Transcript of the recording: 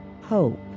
hope